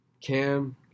Cam